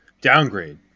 Downgrade